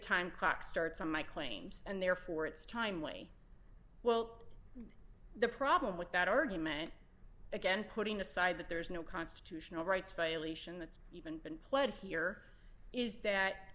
time clock starts on my claims and therefore it's timely well the problem with that argument again putting aside that there is no constitutional rights violation that's even been pledged here is that